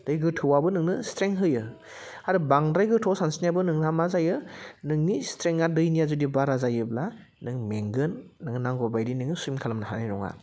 दै गोथौआवबो नोंनो स्ट्रेंग्थ होयो आरो बांद्राय गोथौआव सानस्रिनायाबो नोंहा मा जायो नोंनि स्ट्रेंग्थआ दैनिया जुदि बारा जायोब्ला नों मेंगोन नोङो नांगौबायदि नोङो सुइम खालामनो हानाय नङा